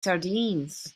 sardines